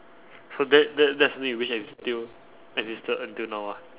so that that that's something you wish that is exi~ still existed until now ah